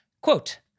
Quote